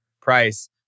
price